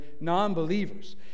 non-believers